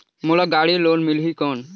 मोला गाड़ी लोन मिलही कौन?